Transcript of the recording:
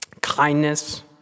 kindness